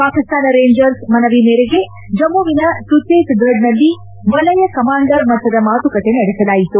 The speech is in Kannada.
ಪಾಕಿಸ್ತಾನ ರೇಂಜರ್ ಮನವಿ ಮೇರೆಗೆ ಜಮ್ನುವಿನ ಸುಚೇತ್ಗಢ್ನಲ್ಲಿ ವಲಯ ಕಮಾಂಡರ್ ಮಟ್ಲದ ಮಾತುಕತೆ ನಡೆಸಲಾಯಿತು